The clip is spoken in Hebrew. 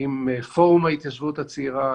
עם פורום ההתיישבות הצעירה,